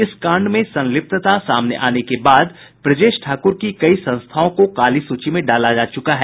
इस कांड में संलिप्तता सामने आने के बाद ब्रजेश ठाकुर की कई संस्थाओं को काली सूची में डाला जा चुका है